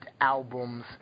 albums